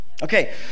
Okay